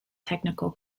technical